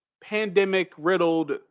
pandemic-riddled